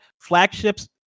flagships